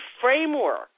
framework